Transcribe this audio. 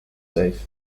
safe